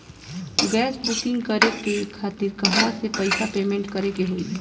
Gas booking करे के खातिर कहवा से पैसा पेमेंट करे के होई?